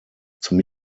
zum